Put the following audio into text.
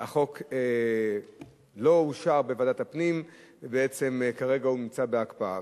החוק לא אושר בוועדת הפנים ובעצם כרגע הוא נמצא בהקפאה.